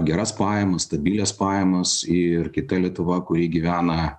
geras pajamas stabilias pajamas ir kita lietuva kuri gyvena